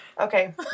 Okay